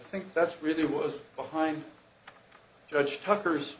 think that's really was behind judge tucker's